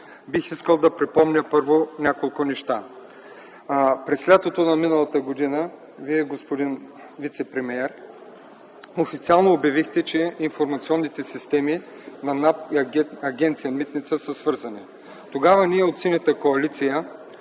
бих искал да припомня няколко неща. През лятото на миналата година Вие, господин вицепремиер, официално обявихте, че информационните системи на НАП и Агенция „Митници” са свързани. Тогава ние от Синята коалиция